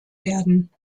werden